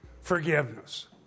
forgiveness